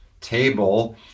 table